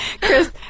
chris